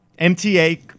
MTA